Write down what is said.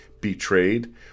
Betrayed